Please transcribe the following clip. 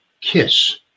Kiss